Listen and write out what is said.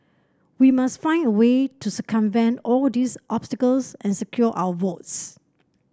we must find a way to circumvent all these obstacles and secure our votes